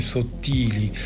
Sottili